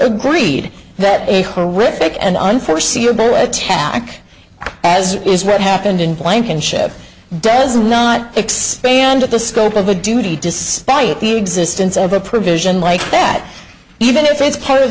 agreed that a horrific and unforeseeable attack as is read happened in blankenship does not expand the scope of the duty despite the existence of a provision like that even if it's part of